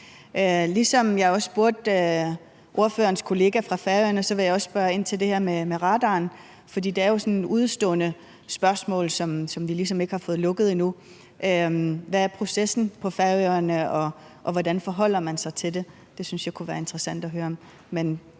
Ligesom jeg spurgte ordførerens kollega fra Færøerne, vil jeg også her spørge ind til det her med radaren, for det er jo et udestående spørgsmål, som vi ligesom ikke har fået lukket endnu. Hvad er processen på Færøerne, og hvordan forholder man sig til det? Det synes jeg kunne være interessant at høre om.